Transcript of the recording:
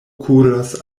kuras